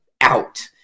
out